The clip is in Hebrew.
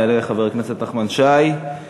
יעלה חבר הכנסת נחמן שי, ואחריו,